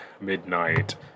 midnight